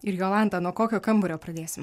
ir jolanta nuo kokio kambario pradėsim